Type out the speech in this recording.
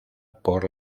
por